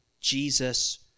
Jesus